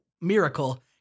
miracle